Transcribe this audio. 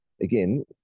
again